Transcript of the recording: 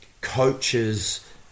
coaches